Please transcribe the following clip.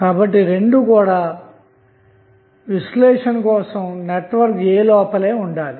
కాబట్టి రెండూ కూడా విశ్లేషణ కోసం నెట్వర్క్ A లోపలే ఉండాలి